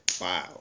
Wow